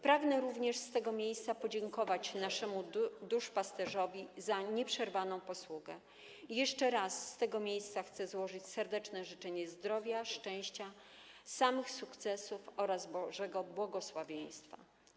Pragnę również z tego miejsca podziękować naszemu duszpasterzowi za nieprzerwaną posługę i jeszcze raz z tego miejsca chcę złożyć serdeczne życzenia zdrowia, szczęścia, samych sukcesów oraz Bożego błogosławieństwa.